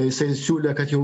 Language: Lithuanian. jisai siūlė kad jau